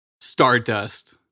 Stardust